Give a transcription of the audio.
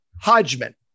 Hodgman